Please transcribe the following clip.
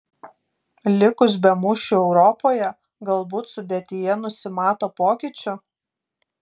likus be mūšių europoje galbūt sudėtyje nusimato pokyčių